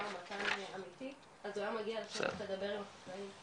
ומתן אמיתי אז הוא היה מגיע לשבת לדבר עם החקלאים.